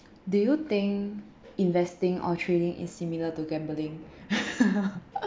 do you think investing or trading is similar to gambling